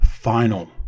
final